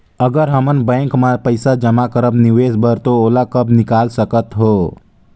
अगर हमन बैंक म पइसा जमा करब निवेश बर तो ओला कब निकाल सकत हो?